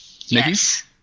Yes